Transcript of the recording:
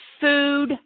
food